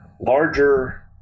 larger